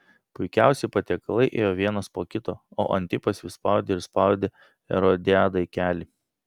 puikiausi patiekalai ėjo vienas po kito o antipas vis spaudė ir spaudė erodiadai kelį